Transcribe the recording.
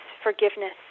forgiveness